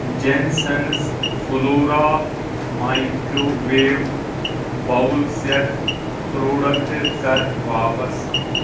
جٮ۪نسَنٕز flora microwave bowl set product کر واپس